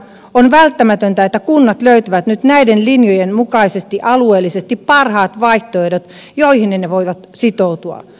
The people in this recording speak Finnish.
on välttämätöntä että kunnat löytävät nyt näiden linjojen mukaisesti alueellisesti parhaat vaihtoehdot joihin ne voivat sitoutua